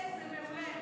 איזה יופי,